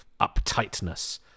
uptightness